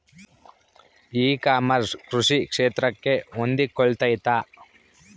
E commerce ಕೃಷಿ ಕ್ಷೇತ್ರಕ್ಕೆ ಹೊಂದಿಕೊಳ್ತೈತಾ?